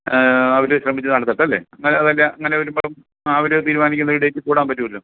അവർ ശ്രമിച്ച് നടത്തട്ടെ അല്ലേ അങ്ങനെ വല്ല അങ്ങനെ വരുമ്പം അവർ തീരുമാനിക്കുന്ന ഒരു ഡേറ്റിൽ കൂടാൻ പറ്റുമല്ലോ